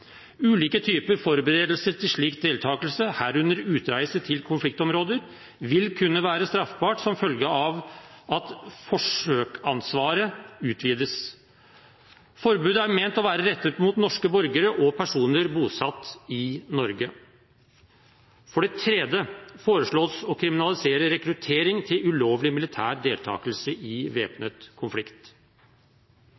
Ulike typer forberedelser til slik deltakelse, herunder utreise til konfliktområder, vil kunne være straffbart som følge av at forsøksansvaret utvides. Forbudet er ment å være rettet mot norske borgere og personer bosatt i Norge. For det tredje foreslås det å kriminalisere rekruttering til ulovlig militær deltakelse i